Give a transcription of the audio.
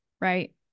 right